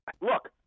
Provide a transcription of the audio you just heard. look